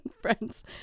Friends